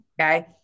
Okay